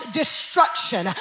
destruction